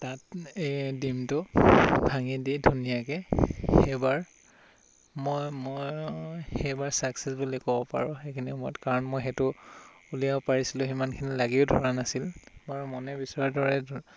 তাত ডিমটো ভাঙি দি ধুনীয়াকৈ সেইবাৰ মই মই সেইবাৰ ছাক্সেছ বুলি ক'ব পাৰোঁ সেইখিনি সময়ত কাৰণ মই সেইটো উলিয়াব পাৰিছিলোঁ সিমানখিনি লাগিও ধৰা নাছিল বাৰু মনে বিচৰাৰ দৰে